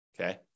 Okay